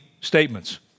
statements